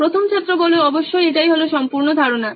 প্রথম ছাত্র অবশ্যই এটাই হলো সম্পূর্ণ ধারণা